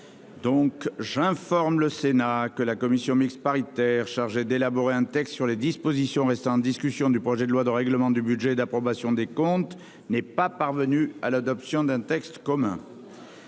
J'informe le Sénat que la commission mixte paritaire chargée d'élaborer un texte sur les dispositions restant en discussion du projet de loi de règlement du budget et d'approbation des comptes n'est pas parvenue à l'adoption d'un texte commun.